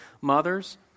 mothers